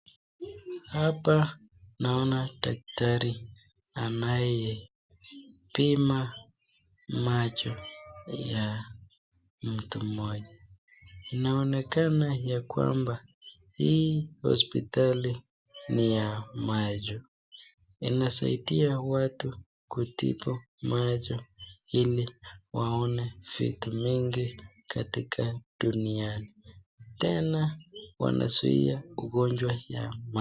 Hapa naona daktari anayepima macho ya mtu moja inaonekana ya kwamba hii hospitali ni ya macho, inasaidia watu kutibu macho hili waone vitu mingi katika duniani tena wanazuia ugonjwa ya macho.